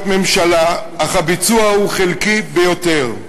ממשלה, אך הביצוע הוא חלקי ביותר.